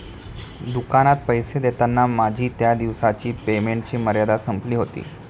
दुकानात पैसे देताना माझी त्या दिवसाची पेमेंटची मर्यादा संपली होती